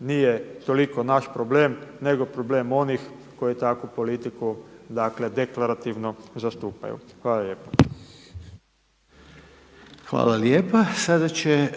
nije toliko naš problem nego problem onih koji takvu politiku dakle deklarativno zastupaju. Hvala lijepa. **Reiner, Željko (HDZ)** Hvala lijepa. Sada će